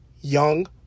young